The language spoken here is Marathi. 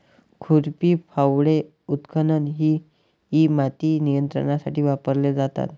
खुरपी, फावडे, उत्खनन इ माती नियंत्रणासाठी वापरले जातात